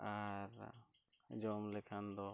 ᱟᱨ ᱡᱚᱢ ᱞᱮᱠᱷᱟᱱ ᱫᱚ